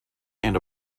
and